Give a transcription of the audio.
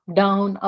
down